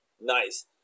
Nice